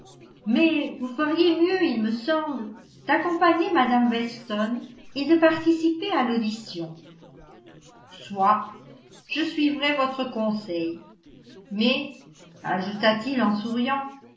mais vous feriez mieux il me semble d'accompagner mme weston et de participer à l'audition soit je suivrai votre conseil mais ajouta-t-il en souriant